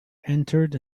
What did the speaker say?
entered